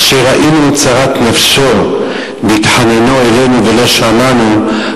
אשר ראינו צרת נפשו בהתחננו אלינו ולא שמענו,